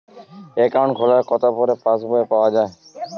Account খোলার কতো পরে পাস বই পাওয়া য়ায়?